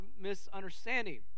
misunderstanding